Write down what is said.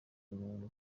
umuntu